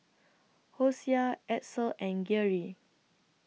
Hosea Edsel and Geary